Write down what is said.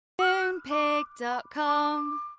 Moonpig.com